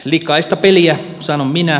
likaista peliä sanon minä